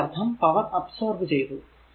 അതിന്റെ അർഥം power absorb ചെയ്തു